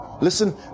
Listen